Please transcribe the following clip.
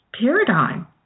paradigm